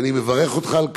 ואני מברך אותך על כך.